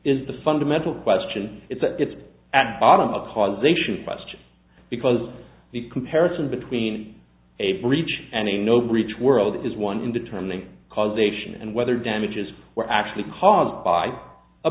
is the fundamental question it's a it's at bottom of causation question because the comparison between a breach and a no breach world is one in determining causation and whether damages were actually caused by a